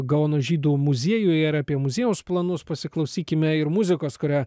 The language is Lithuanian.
gaono žydų muziejuje ir apie muziejaus planus pasiklausykime ir muzikos kurią